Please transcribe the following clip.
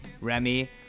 Remy